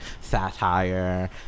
satire